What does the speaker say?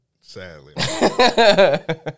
Sadly